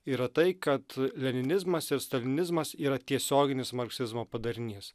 yra tai kad leninizmas ir stalinizmas yra tiesioginis marksizmo padarinys